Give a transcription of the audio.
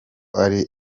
ari